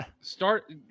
Start